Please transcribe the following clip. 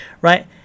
right